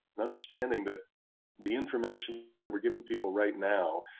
and understanding that the information that we're giving people right now,